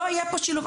לא יהיה פה שילוב.